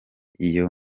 iyo